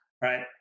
right